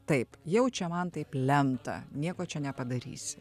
taip jau čia man taip lemta nieko čia nepadarysi